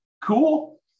Cool